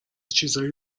چیزایی